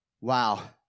Wow